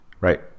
Right